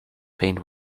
paint